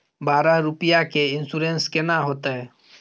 बारह रुपिया के इन्सुरेंस केना होतै?